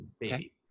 baby